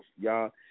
y'all